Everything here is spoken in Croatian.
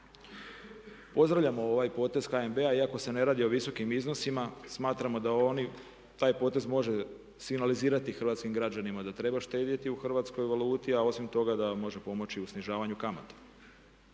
Pozdravljamo ovaj potez HNB-a iako se ne radi o visokim iznosima smatramo da oni, taj potez može signalizirati hrvatskim građanima da treba štedjeti u hrvatskoj valuti a osim toga da može pomoći u snižavanju kamata.